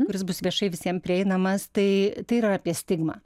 kuris bus viešai visiem prieinamas tai tai yra apie stigmą